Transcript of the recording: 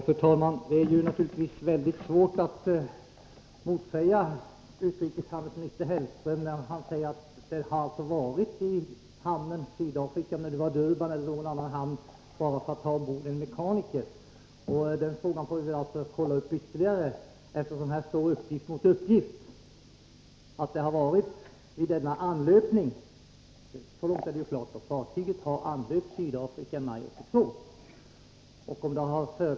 Fru talman! Det är naturligtvis mycket svårt att motsäga utrikeshandelsminister Hellström när han säger att fartyget har varit i hamnen i Sydafrika enbart för att ta ombord en mekaniker. Den saken får vi kontrollera ytterligare, eftersom uppgift står mot uppgift. Fartyget har anlöpt hamnen i Sydafrika i maj 1982 — så långt är det klart.